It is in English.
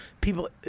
people